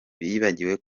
bibagiwe